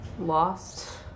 Lost